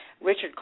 Richard